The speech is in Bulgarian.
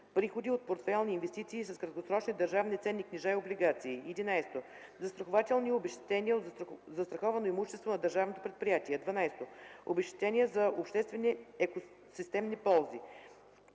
приходи от портфейлни инвестиции с краткосрочни държавни ценни книжа и облигации; 11. застрахователни обезщетения от застраховано имущество на държавното предприятие; 12. обезщетения за обществени екосистемни ползи;